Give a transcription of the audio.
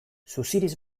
suziriz